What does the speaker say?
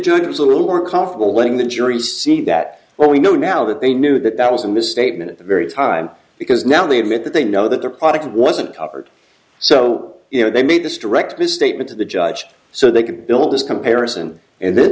judge was a little more comfortable letting the jury see that what we know now that they knew that that was a misstatement at the very time because now they admit that they know that their product wasn't covered so you know they made this direct misstatement to the judge so they could build this comparison and then